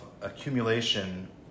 accumulation